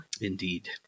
Indeed